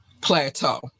plateau